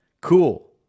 cool